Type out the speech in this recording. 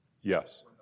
Yes